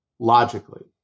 Logically